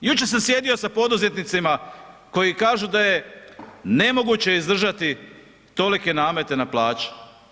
Jučer sam sjedio sa poduzetnicima koji kažu da je nemoguće izdržati tolike namete na plaće.